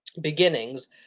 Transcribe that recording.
beginnings